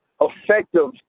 effective